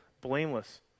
blameless